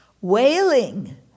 Wailing